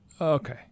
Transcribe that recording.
okay